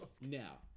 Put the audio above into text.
Now